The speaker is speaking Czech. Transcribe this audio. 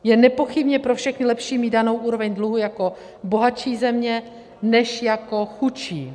Je nepochybně pro všechny lepší mít danou úroveň dluhu jako bohatší země než jako chudší.